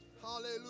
Hallelujah